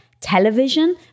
television